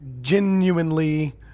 genuinely